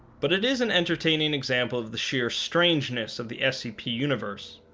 but it is an entertaining example of the sheer strangeness of the scp universe